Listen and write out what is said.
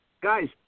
Guys